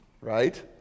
Right